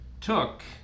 took